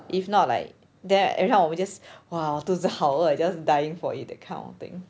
if not like then every time 我们 just !wah! 肚子好饿 just dying for it that kind of thing